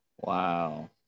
Wow